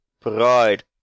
Pride